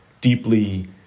deeply